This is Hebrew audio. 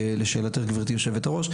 לשאלתך גבירתי יושבת בראש,